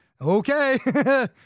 okay